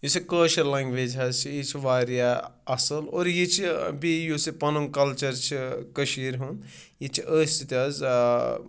یُس یہِ کٲشِر لَنگویج حظ چھِ یہِ چھِ واریاہ اَصٕل اور یہِ چھِ بیٚیہِ یُس یہِ پَنُن کَلچر چھِ کٔشیٖرِ ہُنٛد یہِ چھِ أتھ سۭتۍ حظ